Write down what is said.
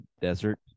desert